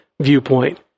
viewpoint